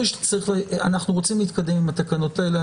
אנחנו רוצים להתקדם עם התקנות האלה.